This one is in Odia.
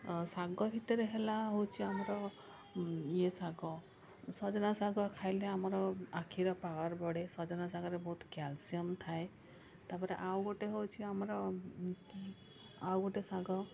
ଆଉ ଶାଗ ଭିତରେ ହେଲା ହେଉଛି ଆମର ଇଏ ଶାଗ ସଜନା ଶାଗ ଖାଇଲେ ଆମର ଆଖିର ପାୱାର ବଢ଼େ ସଜନା ଶାଗରେ ବହୁତ କ୍ୟାଲସିୟମ୍ ଥାଏ ତାପରେ ଆଉ ଗୋଟେ ହେଉଛି ଆମର ଆଉ ଗୋଟେ ଶାଗ